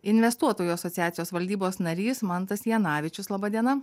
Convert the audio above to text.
investuotojų asociacijos valdybos narys mantas janavičius laba diena